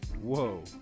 whoa